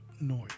noise